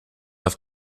have